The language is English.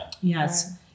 Yes